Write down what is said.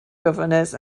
governors